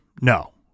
No